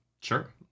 Sure